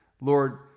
Lord